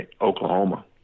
Oklahoma